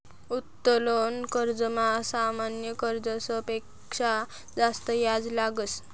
उत्तोलन कर्जमा सामान्य कर्जस पेक्शा जास्त याज लागस